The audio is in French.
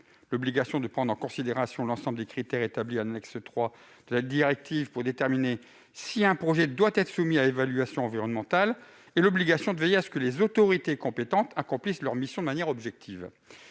l'obligation de prendre en considération l'ensemble des critères établis en annexe III de la directive pour déterminer si un projet doit être soumis à évaluation environnementale ; l'obligation de veiller à ce que les autorités compétentes accomplissent leur mission de manière objective.